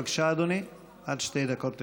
בבקשה, אדוני, עד שתי דקות לרשותך.